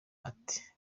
ati